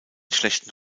schlechten